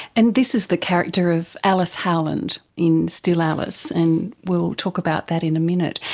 and this is the character of alice howland in still alice, and we'll talk about that in a minute.